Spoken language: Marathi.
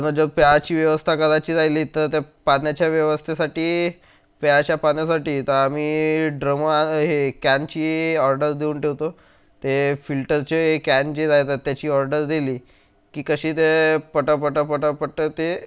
जर प्यायची व्यवस्था करायची राहिली तर त्या पातन्याच्या व्यवस्थेसाठी प्यायच्या पा तर आम्ही ड्रमं हे कॅनची ऑर्डर देऊन ठेवतो ते फिल्टरचे कॅन जे राहतात त्याची ऑर्डर दिली की कशी ते पटापटा पटापटा ते